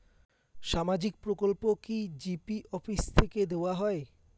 সামাজিক প্রকল্প কি জি.পি অফিস থেকে দেওয়া হয়?